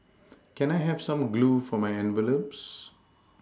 can I have some glue for my envelopes